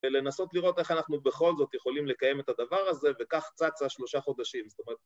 ולנסות לראות איך אנחנו בכל זאת יכולים לקיים את הדבר הזה וכך צצה שלושה חודשים, זאת אומרת...